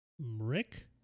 Rick